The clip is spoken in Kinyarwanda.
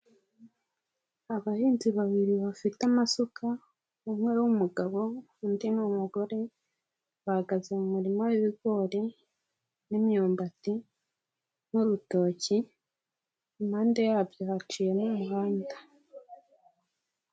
Abahinzi babiri bafite amasuka, umwe ari umugabo undi n'umugore. Bahagaze mu murima w'ibigori n'imyumbati n'urutoki. Impande yabyo haciyemo umuhanda.